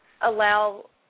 allow